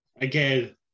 Again